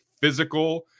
physical